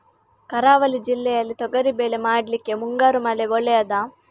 ಕರಾವಳಿ ಜಿಲ್ಲೆಯಲ್ಲಿ ತೊಗರಿಬೇಳೆ ಮಾಡ್ಲಿಕ್ಕೆ ಮುಂಗಾರು ಮಳೆ ಒಳ್ಳೆಯದ?